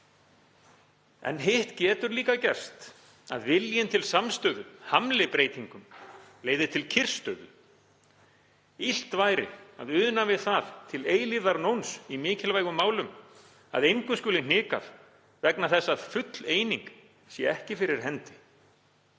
En hitt getur líka gerst að viljinn til samstöðu hamli breytingum, leiði til kyrrstöðu. Illt væri að una við það til eilífðarnóns í mikilvægum málum að engu skuli hnikað vegna þess að full eining sé ekki fyrir hendi.